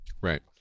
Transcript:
Right